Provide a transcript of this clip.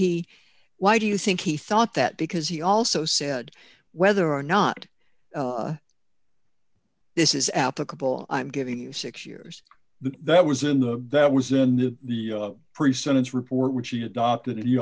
he why do you think he thought that because he also said whether or not this is applicable i'm giving you six years that was in the that was in the pre sentence report which he adopted and you